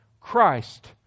Christ